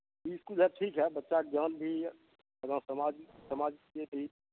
ई कुल्हे ठीक हइ बच्चाके ज्ञान भी अपना समाज समाजके भी